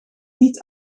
niet